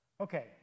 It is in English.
Okay